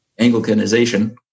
Anglicanization